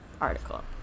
article